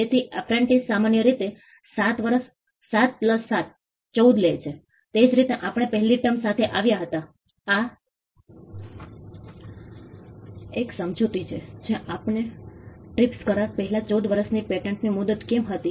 તેથી એપ્રેન્ટિસ સામાન્ય રીતે 7 વર્ષ 7 7 14 લે છે તે જ રીતે આપણે પહેલી ટર્મ સાથે આવ્યા હતા આ 1 સમજૂતી છે જે આપણને ટ્રીપ્સ કરાર પહેલાં 14 વર્ષની પેટન્ટની મુદત કેમ હતી